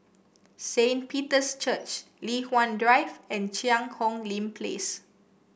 Saint Peter's Church Li Hwan Drive and Cheang Hong Lim Place